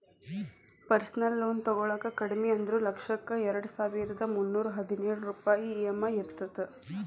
personal loan ತೊಗೊಳಾಕ ಕಡಿಮಿ ಅಂದ್ರು ಲಕ್ಷಕ್ಕ ಎರಡಸಾವಿರ್ದಾ ಮುನ್ನೂರಾ ಹದಿನೊಳ ರೂಪಾಯ್ ಇ.ಎಂ.ಐ ಇರತ್ತ